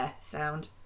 sound